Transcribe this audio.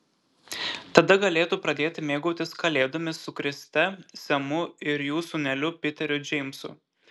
tada galėtų pradėti mėgautis kalėdomis su kriste semu ir jų sūneliu piteriu džeimsu